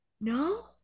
no